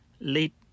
late